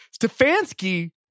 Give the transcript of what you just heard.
Stefanski